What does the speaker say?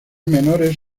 menores